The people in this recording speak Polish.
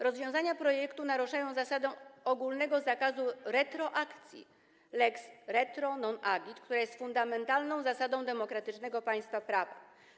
Rozwiązania projektu naruszają zasadę ogólnego zakazu retroakcji - lex retro non agit - która jest fundamentalną zasadą demokratycznego państwa prawa.